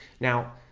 now,